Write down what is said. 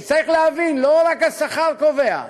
כי צריך להבין: לא רק השכר קובע.